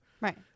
Right